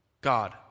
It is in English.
God